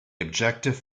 objective